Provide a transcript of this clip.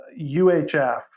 UHF